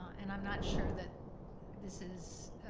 and i'm not sure that this is.